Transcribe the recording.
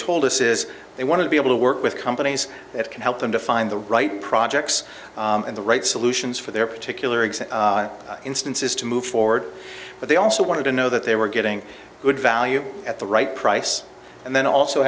told us is they want to be able to work with companies that can help them to find the right projects and the right solutions for their particular exam instances to move forward but they also want to know that they were getting good value at the right price and then also